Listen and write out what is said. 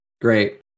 Great